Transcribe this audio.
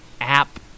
app